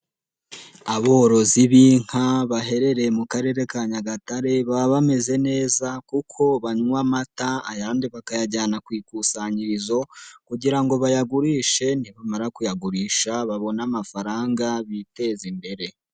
Aborozi b'inka baherereye mu karere ka Nyagatare baba bameze neza kuko banywa amata, ayandi bakayajyana ku ikusanyirizo kugira ngo bayagurishe nibamara kuyagurisha babone amafaranga biteze imbere.